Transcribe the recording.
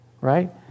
right